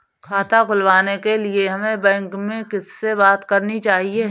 खाता खुलवाने के लिए हमें बैंक में किससे बात करनी चाहिए?